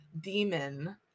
demon